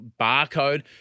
barcode